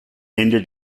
ende